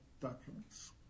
documents